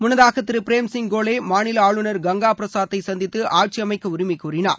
முன்னதாக திரு பிரேம் சிங் கோலே மாநில ஆளுநர் கங்கா பிரசாதை சந்தித்து ஆட்சியமைக்கக் உரிமை கோரினார்